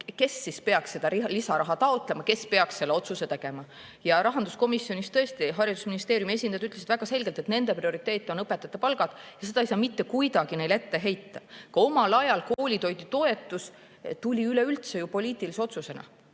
kes siis peaks seda lisaraha taotlema, kes peaks selle otsuse tegema. Rahanduskomisjonis tõesti haridusministeeriumi esindajad ütlesid väga selgelt, et nende prioriteet on õpetajate palgad. Ja seda ei saa neile kuidagi ette heita. Omal ajal koolitoidutoetus tuligi üleüldse poliitilise otsusena.